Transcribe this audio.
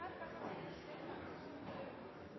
takk